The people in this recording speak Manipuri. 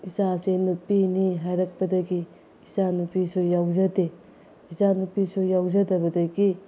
ꯏꯆꯥꯁꯦ ꯅꯨꯄꯤꯅꯤ ꯍꯥꯏꯔꯛꯄꯗꯒꯤ ꯏꯆꯥ ꯅꯨꯄꯤꯁꯨ ꯌꯥꯎꯖꯗꯦ ꯏꯆꯥ ꯅꯨꯄꯤꯁꯨ ꯌꯥꯎꯖꯗꯕꯗꯒꯤ